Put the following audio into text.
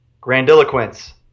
Grandiloquence